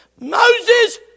Moses